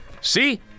See